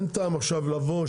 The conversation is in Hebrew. אין טעם עכשיו לבוא,